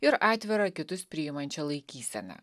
ir atvira kitus priimančia laikysena